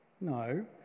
No